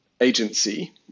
agency